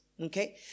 Okay